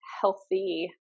healthy